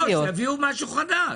לא, שיביאו משהו חדש.